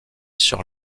sur